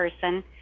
person